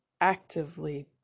actively